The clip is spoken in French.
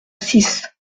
six